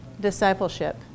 Discipleship